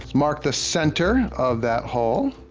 mark the center of that hole.